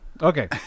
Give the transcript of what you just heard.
Okay